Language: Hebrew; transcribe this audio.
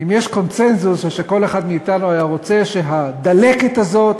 שאם יש קונסנזוס זה שכל אחד מאתנו היה רוצה שהדלקת הזאת,